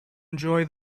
enjoy